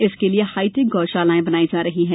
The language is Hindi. इसके लिए हाईटेक गौ शालाएं बनाई जा रही हैं